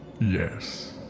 Yes